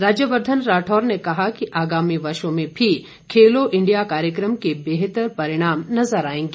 राज्यवर्धन राठौर ने कहा कि आगामी वर्षों में भी खेलो इंडिया कार्यक्रम के बेहतर परिणाम नजर आएंगे